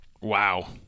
wow